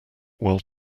while